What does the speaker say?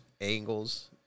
angles